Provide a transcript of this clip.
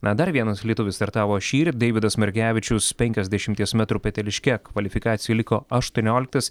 na dar vienas lietuvis startavo šįryt deividas margevičius penkiasdešimties metrų peteliške kvalifikacijoj liko aštuonioliktas